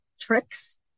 tricks